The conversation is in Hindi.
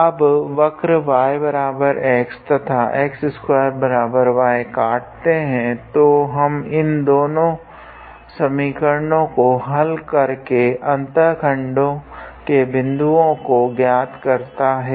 अब वक्र yx तथा x2y काटते है तो हम इन दोनों समीकरणों को हल कर के अन्तःखंडों के बिन्दुओं को ज्ञात करता है